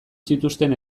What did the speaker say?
zituzten